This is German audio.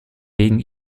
wegen